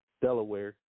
Delaware